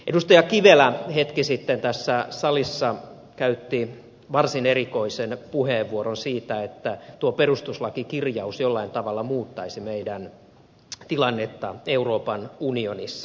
edustaja kivelä hetki sitten tässä salissa käytti varsin erikoisen puheenvuoron siitä että tuo perustuslakikirjaus jollain tavalla muuttaisi meidän tilannettamme euroopan unionissa